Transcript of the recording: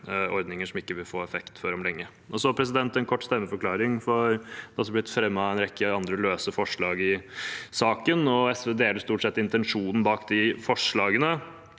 ordninger som ikke vil få effekt før om lenge. Så en kort stemmeforklaring, for det er også blitt fremmet en rekke andre løse forslag i saken. SV deler stort sett intensjonen bak de forslagene,